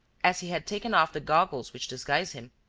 as he had taken off the goggles which disguised him,